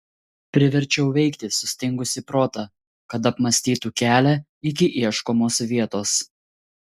priverčiau veikti sustingusį protą kad apmąstytų kelią iki ieškomos vietos